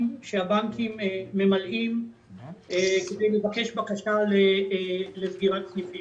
שהבנקים ממלאים כדי לבקש בקשה לסגירת סניפים,